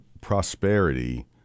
prosperity